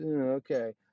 okay